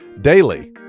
daily